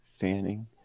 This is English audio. Fanning